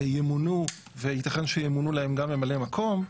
ימונו וייתכן שימונו להם גם ממלאי מקום,